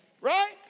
Right